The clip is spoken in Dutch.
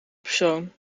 persoon